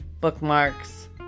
bookmarks